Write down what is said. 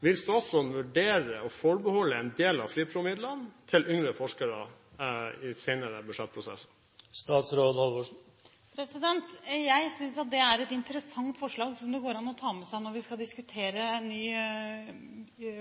Vil statsråden vurdere å forbeholde en del av FRIPRO-midlene til yngre forskere i senere budsjettprosesser? Jeg synes at det er et interessant forslag som det går an å ta med seg når vi skal diskutere ny